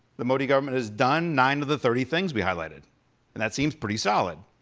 the modi government has done nine of the thirty things we highlighted. and that seems pretty solid.